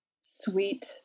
sweet